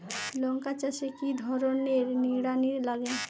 লঙ্কা চাষে কি ধরনের নিড়ানি লাগে?